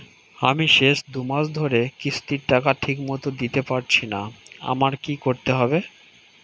আমি শেষ দুমাস ধরে কিস্তির টাকা ঠিকমতো দিতে পারছিনা আমার কি করতে হবে?